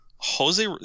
jose